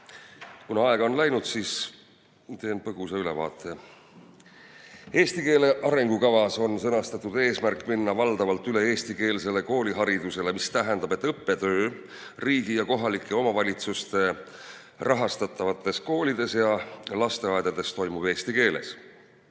Kuna aega on mööda läinud, siis teen põgusa ülevaate. Eesti keele arengukavas on sõnastatud eesmärk minna valdavalt üle eestikeelsele kooliharidusele, mis tähendab, et õppetöö riigi ja kohalike omavalitsuste rahastatavates koolides ja lasteaedades toimub eesti keeles.